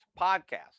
podcast